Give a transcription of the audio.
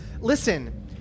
Listen